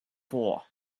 for